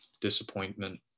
disappointment